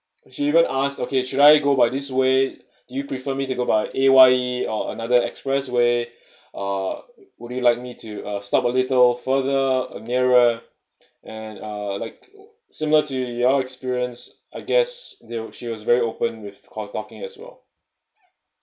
she even asked okay should I go by this way you prefer me to go buy A_Y_E or another expressway uh would you like me to uh stop little further or nearer and uh like similar to your experience I guess that she was very open with core talking as well